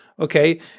Okay